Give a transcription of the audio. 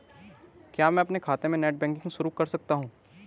क्या मैं अपने खाते में नेट बैंकिंग शुरू कर सकता हूँ?